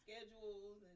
schedules